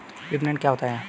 विपणन क्या होता है?